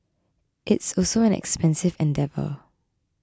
it's also an expensive endeavour